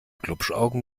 glupschaugen